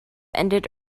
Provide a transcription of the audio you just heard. ended